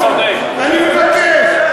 אני מבקש.